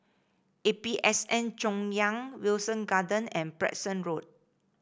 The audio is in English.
A P S N Chaoyang Wilton Garden and Preston Road